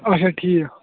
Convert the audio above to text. اَچھا ٹھیٖک